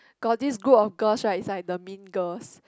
got this group of girls right is like the mean girls